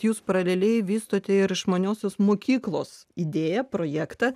jūs paraleliai vystote ir išmaniosios mokyklos idėją projektą